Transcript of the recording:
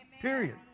period